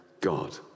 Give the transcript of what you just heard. God